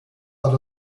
out